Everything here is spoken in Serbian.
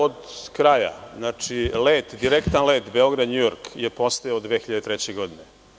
Od kraja, direktan let Beograd-Njujork je postojao do 2003. godine.